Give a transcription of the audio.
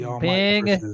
Big